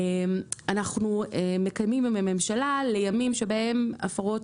אנחנו מקיימים עם הממשלה לימים בהם הפרות